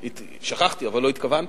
שכחתי, אבל לא התכוונתי.